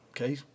okay